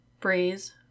Breeze